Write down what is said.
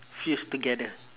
fused together